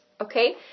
okay